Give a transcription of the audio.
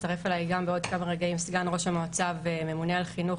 יצטרף אליי גם בעוד כמה רגעים סגן ראש המועצה וממונה על חינוך,